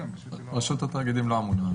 רשות התאגידים לא אמונה.